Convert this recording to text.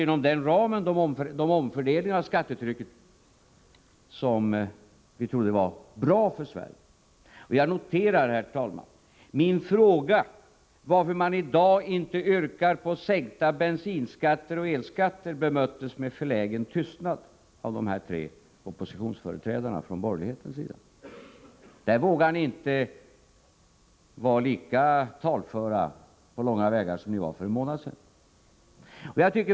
Inom den ramen har vi gjort den omfördelning av skattetrycket som vi trott vara bra för Sverige. Jag noterar, herr talman, att min fråga varför man i dag inte yrkar på sänkta bensinskatter och elskatter bemöttes med förlägen tystnad av de tre borgerliga oppositionsföreträdarna. Härvidlag vågade ni inte vara på långa vägar lika talföra som ni var för några månader sedan.